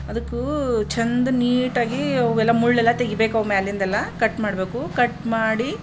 ಅದಕ್ಕು ಚೆಂದ ನೀಟಾಗಿ ಅವೆಲ್ಲ ಮುಳ್ಳೆಲ್ಲ ತೆಗೀಬೇಕು ಅವು ಮ್ಯಾಲಿಂದೆಲ್ಲ ಕಟ್ ಮಾಡಬೇಕು ಕಟ್ ಮಾಡಿ